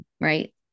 Right